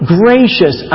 gracious